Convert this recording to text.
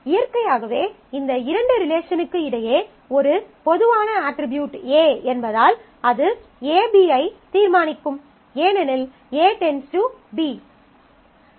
இயற்கையாகவே இந்த இரண்டு ரிலேஷனுக்கு இடையே ஒரு பொதுவான அட்ரிபியூட் A என்பதால் அது AB ஐ தீர்மானிக்கும் ஏனெனில் A → B